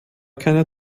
keiner